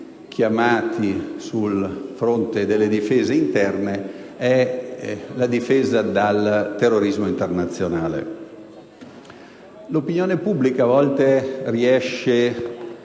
coinvolti sul fronte delle difese interne, è la lotta al terrorismo internazionale. L'opinione pubblica a fatica,